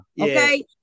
okay